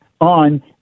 on